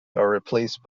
replaced